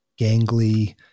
gangly